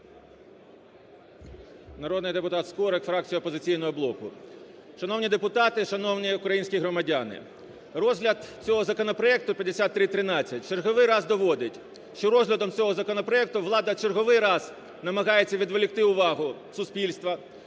Народний депутат Скорик, фракція "Опозиційного блоку". Шановні депутати, шановні українські громадяни, розгляд цього законопроекту, 5313, в черговий раз доводить, що розглядом цього законопроекту влада черговий раз намагається відволікти увагу суспільства